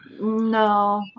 No